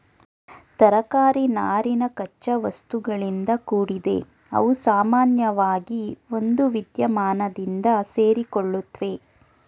ತರಕಾರಿ ನಾರಿನ ಕಚ್ಚಾವಸ್ತುಗಳಿಂದ ಕೂಡಿದೆ ಅವುಸಾಮಾನ್ಯವಾಗಿ ಒಂದುವಿದ್ಯಮಾನದಿಂದ ಸೇರಿಕೊಳ್ಳುತ್ವೆ